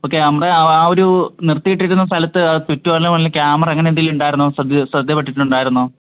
okay നമ്മുടെ അ ആ ഒരു നിർത്തി ഇട്ടിരുന്ന സ്ഥലത്ത് ചുറ്റും വല്ല ക്യാമറ അങ്ങനെ എന്തെങ്കിലും ഉണ്ടായിരുന്നോ ശ്രദ്ധയിൽ പെട്ടിട്ടുണ്ടായിരുന്നോ